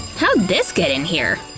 how'd this get in here?